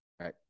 right